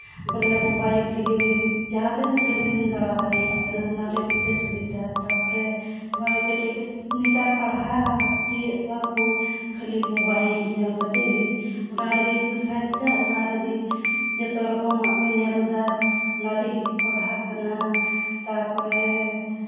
ᱵᱚᱞᱮ ᱢᱳᱵᱟᱭᱤᱞ ᱛᱮᱜᱮ ᱡᱟᱦᱟᱸ ᱛᱤᱱᱟᱹᱜ ᱡᱷᱟᱹᱞ ᱜᱮᱢ ᱫᱟᱲᱟ ᱫᱟᱲᱮᱭᱟᱜ ᱠᱟᱱᱟ ᱚᱱᱟ ᱞᱟᱹᱜᱤᱫ ᱛᱮ ᱥᱩᱵᱤᱫᱷᱟ ᱛᱟᱨᱯᱚᱨᱮ ᱚᱱᱟᱜᱮ ᱠᱟᱹᱴᱤᱡ ᱠᱟᱹᱴᱤᱡ ᱱᱮᱛᱟᱨ ᱯᱟᱲᱦᱟᱣ ᱦᱚᱪᱚᱭᱮᱫ ᱠᱚᱣᱟ ᱠᱚ ᱠᱷᱟᱹᱞᱤ ᱢᱳᱵᱟᱭᱤᱞ ᱧᱮᱞ ᱠᱟᱛᱮᱫ ᱜᱮ ᱚᱱᱟ ᱨᱮᱜᱮ ᱠᱚ ᱥᱟᱨᱪ ᱫᱟ ᱚᱱᱟ ᱨᱮᱜᱮ ᱡᱚᱛᱚ ᱨᱚᱠᱚᱢᱟᱜ ᱠᱚ ᱧᱮᱞᱫᱟ ᱚᱱᱟ ᱛᱮᱜᱮ ᱠᱚ ᱯᱟᱲᱦᱟᱜ ᱠᱟᱱᱟ ᱛᱟᱨᱯᱚᱨᱮ